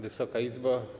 Wysoka Izbo!